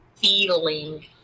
feeling